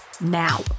now